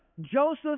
Joseph